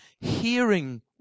hearing